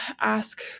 ask